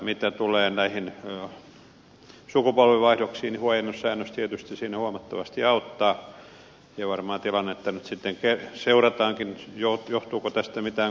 mitä tulee näihin sukupolvenvaihdoksiin niin huojennussäännös tietysti siinä huomattavasti auttaa ja varmaan tilannetta varmaan nyt seurataankin johtuuko tästä mitään kohtuuttomuuksia